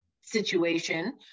situation